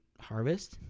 harvest